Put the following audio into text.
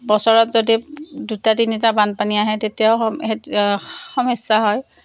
বছৰত যদি দুটা তিনিটা বানপানী আহে তেতিয়াও সমস্যা হয়